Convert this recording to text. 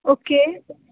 okay